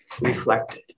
reflected